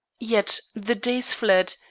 yet the days fled,